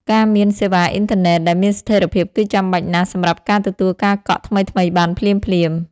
ការមានសេវាអ៊ីនធឺណិតដែលមានស្ថិរភាពគឺចាំបាច់ណាស់សម្រាប់ការទទួលការកក់ថ្មីៗបានភ្លាមៗ។